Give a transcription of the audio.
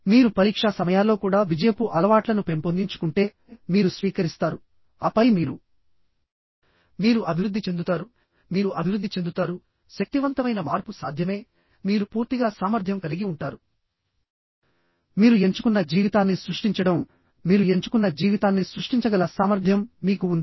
మీరు పరీక్షా సమయాల్లో కూడా విజయపు అలవాట్లను పెంపొందించుకుంటే మీరు స్వీకరిస్తారు ఆపై మీరు మీరు అభివృద్ధి చెందుతారు మీరు అభివృద్ధి చెందుతారు శక్తివంతమైన మార్పు సాధ్యమే మీరు పూర్తిగా సామర్థ్యం కలిగి ఉంటారు మీరు ఎంచుకున్న జీవితాన్ని సృష్టించడం మీరు ఎంచుకున్న జీవితాన్ని సృష్టించగల సామర్థ్యం మీకు ఉంది